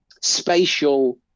spatial